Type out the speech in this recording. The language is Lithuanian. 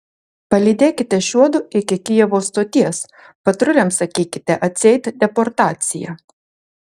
palydėkite šiuodu iki kijevo stoties patruliams sakykite atseit deportacija